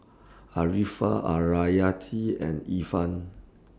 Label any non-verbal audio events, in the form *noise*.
Arifa *unintelligible* and Irfan